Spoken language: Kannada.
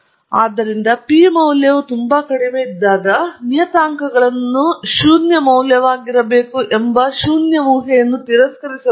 ಆದ್ದರಿಂದ ಪು ಮೌಲ್ಯವು ತುಂಬಾ ಕಡಿಮೆಯಿದ್ದಾಗ ನಿಯತಾಂಕಗಳನ್ನು ಶೂನ್ಯ ಮೌಲ್ಯವಾಗಿರಬೇಕು ಎಂಬ ಶೂನ್ಯ ಊಹೆಯನ್ನು ತಿರಸ್ಕರಿಸಬೇಕು